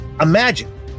Imagine